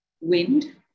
wind